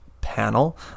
panel